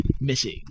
missing